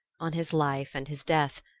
on his life and his death,